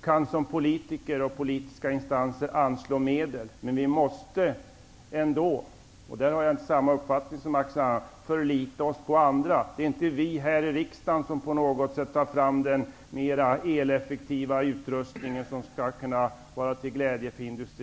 kan som politiker och politiska instanser anslå medel, men vi måste ändå -- därvid har jag inte samma uppfattning som Axel Andersson -- förlita oss på andra. Det är inte vi här i riksdagen som skall ta fram den mest eleffektiva utrustning som skall kunna vara till glädje för industrin.